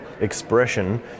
expression